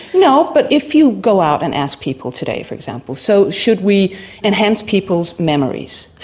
no, but if you go out and ask people today, for example, so should we enhance people's memories?